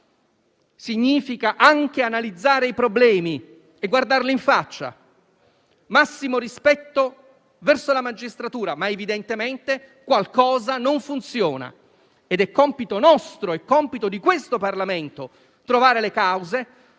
significa anche analizzare i problemi e guardarli in faccia. Massimo rispetto verso la magistratura, ma evidentemente qualcosa non funziona ed è compito nostro, è compito di questo Parlamento, trovare le cause